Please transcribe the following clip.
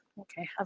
Okay